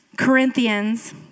Corinthians